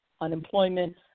unemployment